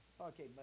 Okay